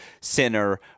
Sinner